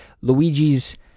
Luigi's